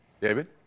David